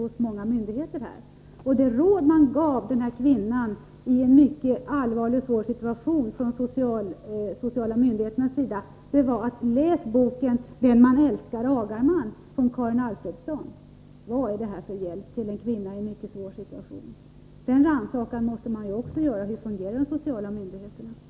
Det råd man från de sociala myndigheterna gav den här kvinnan i en mycket allvarlig och svår situation var: Läs boken Den man älskar agar man? av Karin Alfredsson. Vad är det för hjälp till en kvinna i en mycket svår situation? Man måste också rannsaka hur de sociala myndigheterna fungerar.